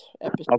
episode